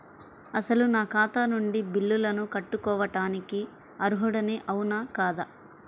అసలు నా ఖాతా నుండి బిల్లులను కట్టుకోవటానికి అర్హుడని అవునా కాదా?